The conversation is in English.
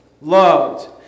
loved